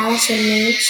בעלה של מלניק,